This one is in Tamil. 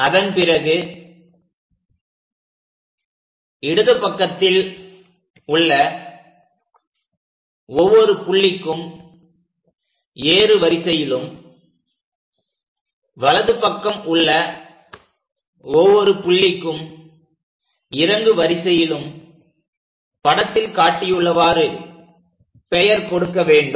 அதன் பிறகு இடது பக்கத்தில் உள்ள ஒவ்வொரு புள்ளிக்கும் ஏறு வரிசையிலும் வலது பக்கம் உள்ள ஒவ்வொரு புள்ளிக்கும் இறங்கு வரிசையிலும் படத்தில் காட்டியுள்ளவாறு பெயர் கொடுக்க வேண்டும்